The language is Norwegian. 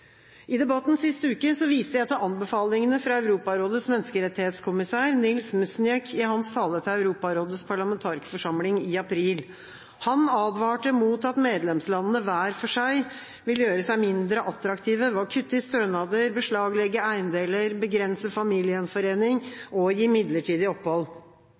I debatten sist uke viste jeg til anbefalingene fra Europarådets menneskerettighetskommissær, Nils Muižniek, i hans tale til Europarådets parlamentarikerforsamling i april. Han advarte mot at medlemslandene hver for seg vil gjøre seg mindre attraktive ved å kutte i stønader, beslaglegge eiendeler, begrense familiegjenforening og gi midlertidig opphold.